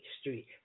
Street